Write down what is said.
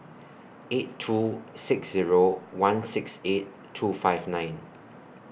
eight two six Zero one six eight two five nine